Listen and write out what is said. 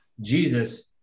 jesus